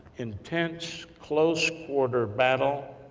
intense, close-quarter battle,